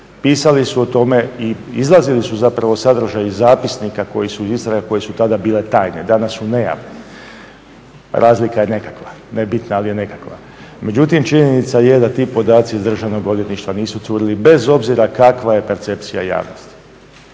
pisali su o tome i izlazili su zapravo sadržaji iz zapisnika koji su tada bile tajne, danas su …, razlika je nekakva, nebitna, ali je nekakva, međutim činjenica je da ti podaci iz Državnog odvjetništva nisu curili bez obzira kakva je percepcija javnosti.